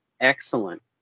excellent